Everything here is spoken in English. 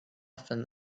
often